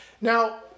Now